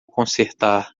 consertar